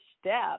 step